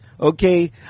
Okay